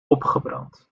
opgebrand